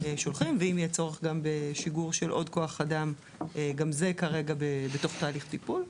ואם יהיה צורך גם בשיגור של עוד כוח אדם זה גם בתוך תהליך וטיפול,